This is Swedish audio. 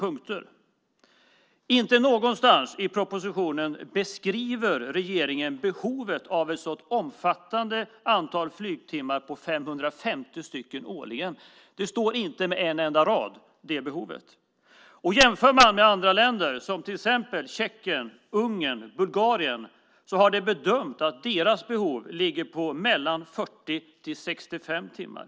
För det första: Inte någonstans i propositionen beskriver regeringen behovet av ett så omfattande antal flygtimmar som 550 timmar årligen. Inte på en enda rad står det något om det behovet. Vi kan jämföra med andra länder, till exempel med Tjeckien, Ungern och Bulgarien. De har bedömt att deras behov ligger på 40-65 timmar.